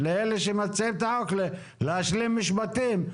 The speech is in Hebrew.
לאלה שמציעים את החוק להשלים משפטים.